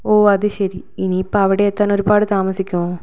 ഓ അത് ശരി ഇനിയിപ്പോൾ അവിടെയെത്താൻ ഒരുപാട് താമസിക്കുമോ